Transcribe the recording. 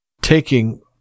taking